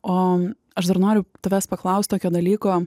o aš dar noriu tavęs paklaust tokio dalyko